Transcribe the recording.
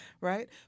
right